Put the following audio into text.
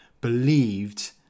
believed